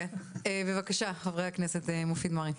בבקשה חבר הכנסת מופיד מרעי.